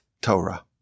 Torah